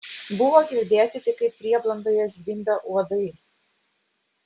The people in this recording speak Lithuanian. buvo girdėti tik kaip prieblandoje zvimbia uodai